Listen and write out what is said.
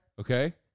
Okay